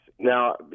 Now